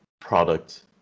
product